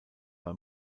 bei